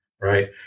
right